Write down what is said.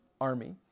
Army